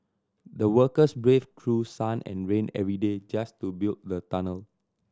the workers braved through sun and rain every day just to build the tunnel